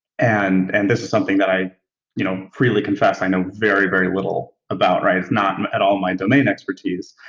and and this is something that i you know freely confess i know very, very little about. it's not and at all my domain expertise.